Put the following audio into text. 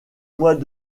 mois